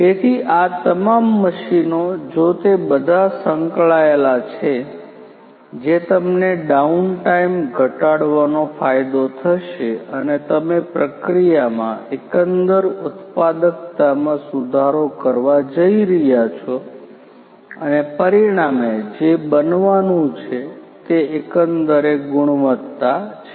તેથી આ તમામ મશીનો જો તે બધાં સંકળાયેલા છે જે તમને ડાઉન ટાઇમ ઘટાડવાનો ફાયદો થશે અને તમે પ્રક્રિયામાં એકંદર ઉત્પાદકતામાં સુધારો કરવા જઈ રહ્યા છો અને પરિણામે જે બનવાનું છે તે એકંદરે ગુણવત્તા છે